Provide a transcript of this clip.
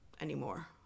anymore